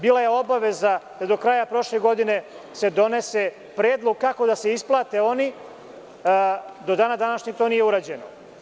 Bila je obaveza da se do kraja prošle godine donese predlog kako da se isplate oni, a do dana današnjeg to nije urađeno.